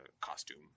costume